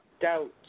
doubt